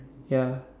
ya